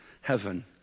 heaven